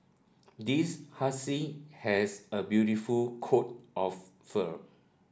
this husky has a beautiful coat of fur